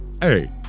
Hey